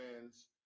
fans